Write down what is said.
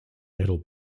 metal